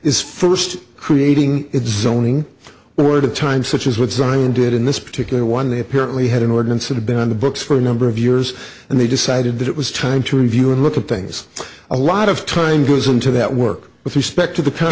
is first creating its zoning where at a time such as what design did in this particular one they apparently had an ordinance that have been on the books for a number of years and they decided that it was time to review and look at things a lot of time goes into that work with respect to the p